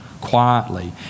quietly